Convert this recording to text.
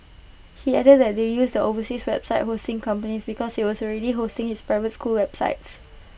he added that they used the overseas website hosting company because IT was already hosting his private school's website